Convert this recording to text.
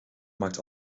maakt